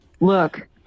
Look